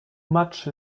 much